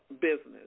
business